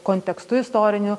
kontekstu istoriniu